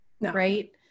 Right